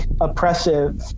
oppressive